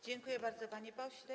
Dziękuję bardzo, panie pośle.